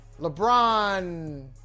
LeBron